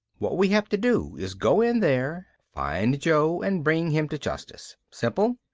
what we have to do is go in there, find joe and bring him to justice. simple?